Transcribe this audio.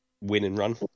win-and-run